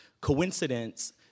coincidence